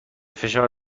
فشار